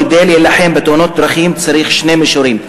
כדי להילחם בתאונות דרכים צריך שני מישורים.